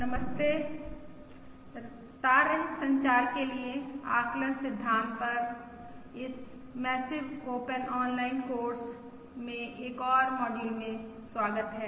नमस्ते तार रहित संचार के लिए आकलन सिद्धांत पर इस मैसिव ओपन ऑनलाइन कोर्स में एक और मॉड्यूल में स्वागत है